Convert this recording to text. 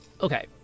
okay